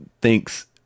thinks